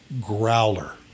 Growler